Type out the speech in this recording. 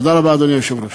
תודה רבה, אדוני היושב-ראש.